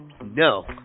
No